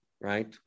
Right